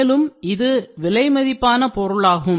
மேலும் இது விலை மதிப்பான பொருளாகும்